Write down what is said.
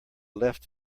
left